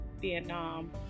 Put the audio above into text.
Vietnam